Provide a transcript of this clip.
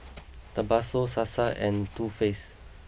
Tabasco Sasa and Too Faced